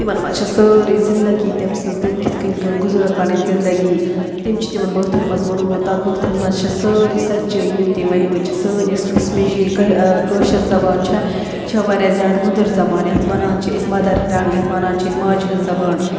تِمَن منٛز چھےٚ سٲرٕے زِنٛدگی تٔمۍ سٕنٛز تٔمۍ کِتھٕ کٔنۍٔ گُزٲر پَنٕنۍ زِنٛدَگی تٔمۍ چھِ تِمَن بٲتھَن مَنٛز ووٚنمُت تَتھ بٲتھَن مَنٛز چھےٚ سٲرٕے سَچٲے یِم تٔمۍ ؤنۍمٕتۍ چھِ سٲنۍ یۄس کشمِجی کٲشِر زَبان چھےٚ یہِ چھےٚ واریاہ زیادٕ مٔدِر زَبان یَتھ وَنان چھِ أسۍ مَدَر ٹَنٛگ یَتھ وَنان چھِ أسۍ ماجہِ ہٕنٛز زَبان